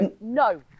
no